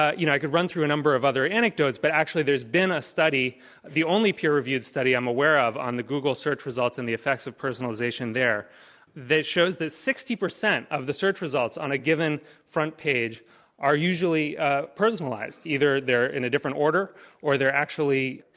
you know, i could run through a number of other anecdotes, but actually there's been a study the only peer reviewed study i'm aware of on the google search results and the effects of personalization there that shows that sixty percent of the search results on a given front page are usually personalized. either they're in a different order or they're actually,